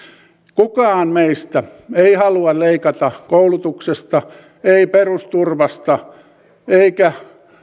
kukaan meistä ei halua leikata koulutuksesta ei perusturvasta eikä